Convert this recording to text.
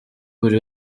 buri